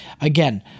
again